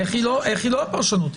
איך היא לא הפרשנות?